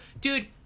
Dude